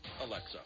Alexa